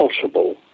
possible